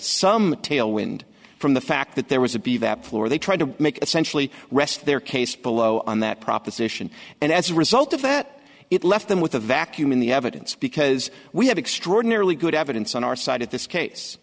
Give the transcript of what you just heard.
some tailwind from the fact that there was a b that floor they tried to make essentially rest their case below on that proposition and as a result of that it left them with a vacuum in the evidence because we have extraordinarily good evidence on our side of this case